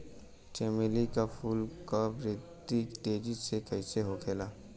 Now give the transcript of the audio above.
चमेली क फूल क वृद्धि तेजी से कईसे होखेला?